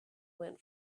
went